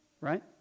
right